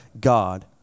God